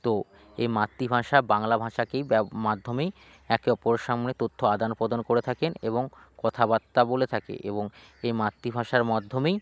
তো এই মাতৃভাষা বাংলা ভাষাকেই মাধ্যমেই একে অপরের সামনে তথ্য আদানপ্রদান করে থাকেন এবং কথাবার্তা বলে থাকে এবং এই মাতৃভাষার মাধ্যমেই